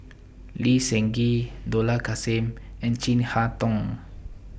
Lee Seng Gee Dollah Kassim and Chin Harn Tong